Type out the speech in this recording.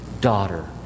daughter